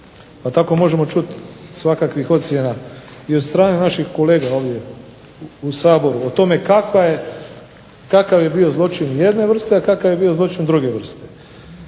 tako možemo čuti svakakvih ocjena i od strane naših kolega ovdje u Saboru o tome kakav je bio zločin jedne vrste, a kakav je bio zločin druge vrste.